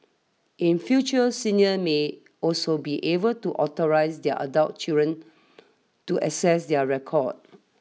in future seniors may also be able to authorise their adult children to access their records